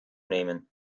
nehmen